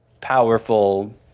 powerful